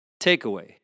Takeaway